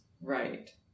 Right